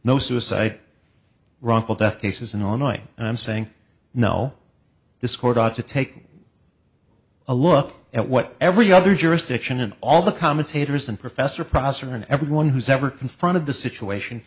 no suicide wrongful death cases in illinois and i'm saying no this court ought to take a look at what every other jurisdiction and all the commentators and professor prosper and everyone who's ever confronted the situation